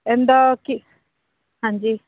ਇਹਦਾ ਕੀ ਹਾਂਜੀ